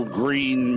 green